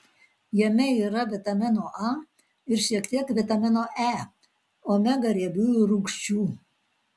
jame yra vitamino a ir šiek tiek vitamino e omega riebiųjų rūgščių